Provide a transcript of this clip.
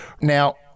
Now